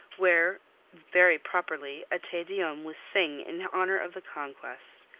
where very properly a te deum was sung in honour of the conquest.